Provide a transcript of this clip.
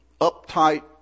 uptight